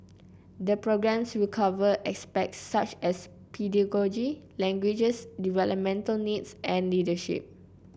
the programmes will cover aspects such as pedagogy languages developmental needs and leadership